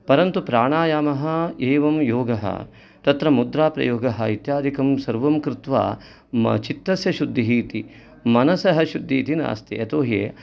परन्तु प्राणायामः एवं योगः तत्र मुद्राप्रयोगः इत्यादिकं सर्वं कृत्वा चित्तस्य शुद्धिः इति मनसः शुद्धि इति नास्ति यतो हि